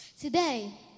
Today